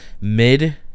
mid